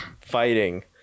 fighting